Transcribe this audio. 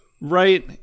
Right